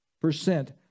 percent